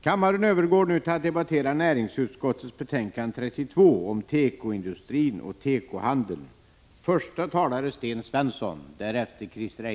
Kammaren övergår nu till att debattera socialförsäkringsutskottets betänkande 21 om flyktingpolitiken och utlänningslagen m.m.